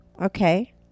Okay